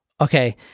okay